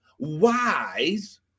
Wise